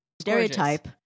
stereotype